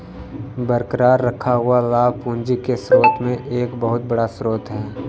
बरकरार रखा हुआ लाभ पूंजी के स्रोत में एक बहुत बड़ा स्रोत है